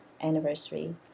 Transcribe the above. anniversary